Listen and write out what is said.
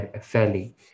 fairly